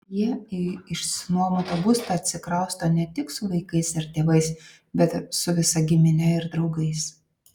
jie į išsinuomotą būstą atsikrausto ne tik su vaikais ar tėvais bet su visa gimine ir draugais